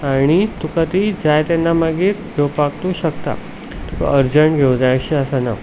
आनी तुका ती जाय तेन्ना मागीर घेवपाक तूं शकता तुका अर्जंट घेवूंक जाय अशें आसना